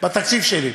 בתקציב שלי.